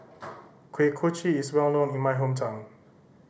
Kuih Kochi is well known in my hometown